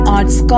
Arts